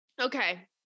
Okay